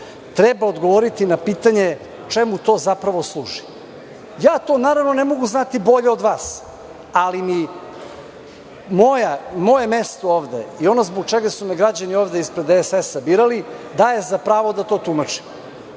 treba odgovoriti na pitanje čemu to služi. Ja to ne mogu znati bolje od vas, ali moje mesto ovde i ono zbog čega su me građani ispred DSS birali, daje za pravo da to tumačim. Dakle,